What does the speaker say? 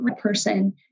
person